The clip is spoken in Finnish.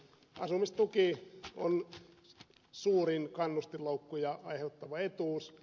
asumistuki on suurin kannustinloukkuja aiheuttava etuus